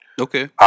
Okay